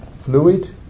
fluid